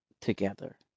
together